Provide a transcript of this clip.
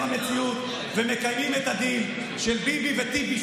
המציאות ומקיימים את הדיל של ביבי וטיבי.